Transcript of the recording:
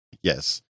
yes